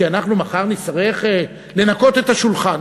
כי אנחנו מחר נצטרך לנקות את השולחן.